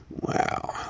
Wow